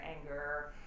anger